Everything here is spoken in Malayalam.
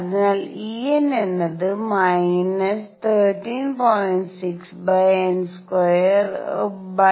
അതിനാൽ En എന്നത് 13